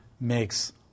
makes